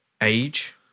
age